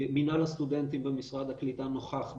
מינהל הסטודנטים של משרד הקליטה נוכח בקמפוס,